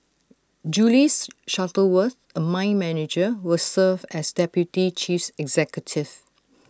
Julie's Shuttleworth A mine manager will serve as deputy cheese executive